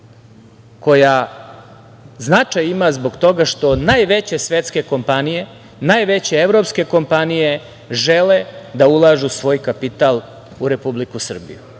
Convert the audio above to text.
koja značaj ima zbog toga što najveće svetske kompanije, najveće evropske kompanije, žele da ulažu svoj kapital u Republiku Srbiju.